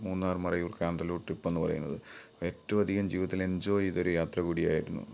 മൂന്നാർ മറയൂർ കാന്തല്ലൂർ ട്രിപ്പെന്നു പറയുന്നത് ഏറ്റവും അധികം ജീവിതത്തിൽ എൻജോയ് ചെയ്തൊരു യാത്ര കൂടിയായിരുന്നു